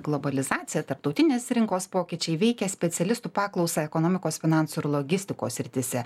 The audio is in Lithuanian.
globalizacija tarptautinės rinkos pokyčiai veikia specialistų paklausą ekonomikos finansų ir logistikos srityse